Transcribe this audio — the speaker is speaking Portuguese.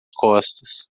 costas